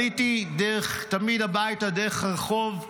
עליתי תמיד הביתה דרך רחוב ז'בוטינסקי,